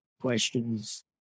questions